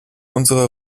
unsere